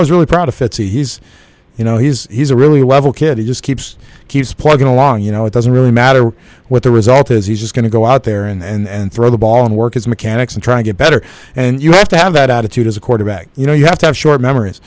was really proud of fitz he's you know he's he's a really level kid he just keeps keeps plugging along you know it doesn't really matter what the result is he's just going to go out there and throw the ball and work his mechanics and try to get better and you have to have that attitude as a quarterback you know you have to have short memories